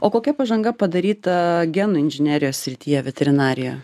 o kokia pažanga padaryta genų inžinerijos srityje veterinarijoje